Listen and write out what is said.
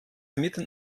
mitten